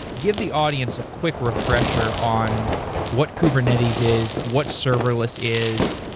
give the audience a quick refresher on what kubernetes is, what serverless is,